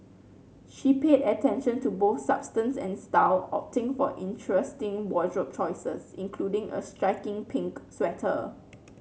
she paid attention to both substance and style opting for interesting wardrobe choices including a striking pink sweater